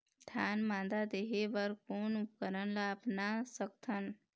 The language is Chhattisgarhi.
धान मादा देहे बर कोन उपकरण ला अपना सकथन?